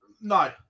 No